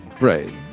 Right